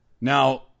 Now